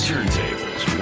Turntables